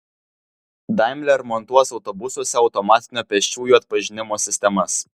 daimler montuos autobusuose automatinio pėsčiųjų atpažinimo sistemas